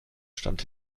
stand